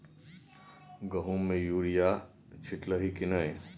गहुम मे युरिया छीटलही की नै?